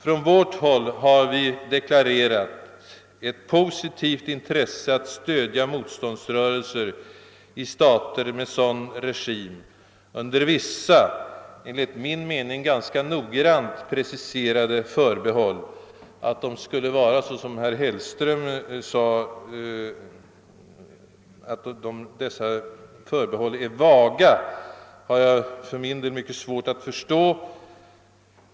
Från vårt håll har vi deklarerat ett positivt intresse av att stödja motståndsrörelser i stater med sådan regim under vissa, enligt min mening ganska noggrant preciserade förbehåll. Att dessa, såsom herr Hellström sade, skulle vara »vaga» har jag för min del mycket svårt att förstå.